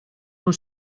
non